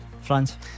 France